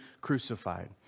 crucified